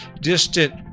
distant